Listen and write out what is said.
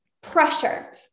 pressure